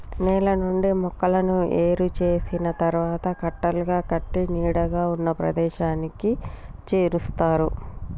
నేల నుండి మొక్కలను ఏరు చేసిన తరువాత కట్టలుగా కట్టి నీడగా ఉన్న ప్రదేశానికి చేరుస్తారు